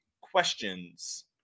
Questions